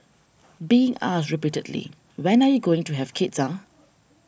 being asked repeatedly when are you going to have kids ah